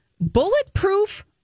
Bulletproof